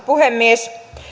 puhemies